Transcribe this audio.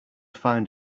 find